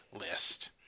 list